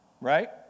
Right